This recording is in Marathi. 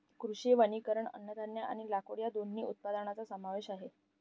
कृषी वनीकरण अन्नधान्य आणि लाकूड या दोन्ही उत्पादनांचा समावेश आहे